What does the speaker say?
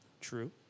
True